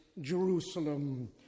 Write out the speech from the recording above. Jerusalem